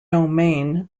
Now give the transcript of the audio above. domain